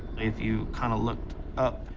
like, if you kind of looked up,